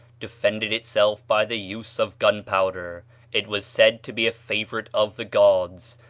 defended itself by the use of gunpowder it was said to be a favorite of the gods,